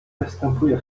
występuje